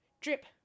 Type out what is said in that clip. drip